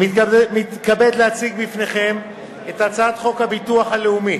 אני מתכבד להציג בפניכם את הצעת חוק הביטוח הלאומי